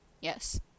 Yes